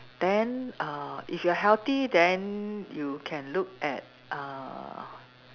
then uh if you're healthy then you can look at uh